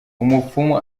umupfumu